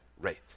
rate